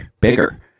bigger